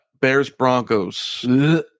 Bears-Broncos